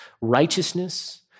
righteousness